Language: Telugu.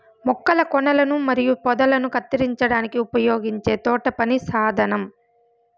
మొక్కల కొనలను మరియు పొదలను కత్తిరించడానికి ఉపయోగించే తోటపని సాధనం